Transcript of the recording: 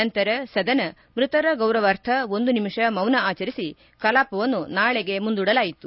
ನಂತರ ಸದನ ಮೃತರ ಗೌರವಾರ್ಥ ಒಂದು ನಿಮಿಷ ಮೌನ ಆಚರಿಸಿ ಕಲಾಪವನ್ನು ನಾಳೆಗೆ ಮುಂದೂಡಲಾಯಿತು